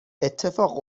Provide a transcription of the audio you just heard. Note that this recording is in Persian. اتفاق